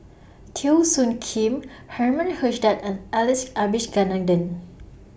Teo Soon Kim Herman Hochstadt and Alex Abisheganaden